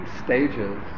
stages